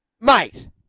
Mate